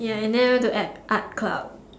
ya and then I went to act art club